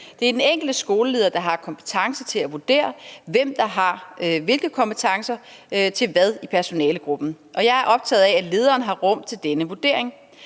Det er den enkelte skoleleder, der har kompetence til at vurdere, hvem der har hvilke kompetencer og til hvad i personalegruppen, og jeg er optaget af, at lederen har rum til denne vurdering.